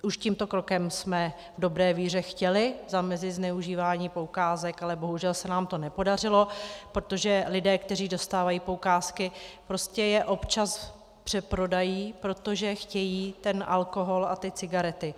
Už tímto krokem jsme v dobré víře chtěli zamezit zneužívání poukázek, ale bohužel se nám to nepodařilo, protože lidé, kteří dostávají poukázky, prostě je občas přeprodají, protože chtějí ten alkohol a ty cigarety.